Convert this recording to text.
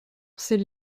c’est